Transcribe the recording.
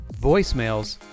voicemails